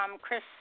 Chris